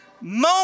moment